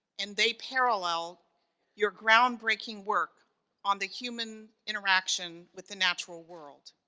and they parallel your groundbreaking work on the human interaction with the natural world.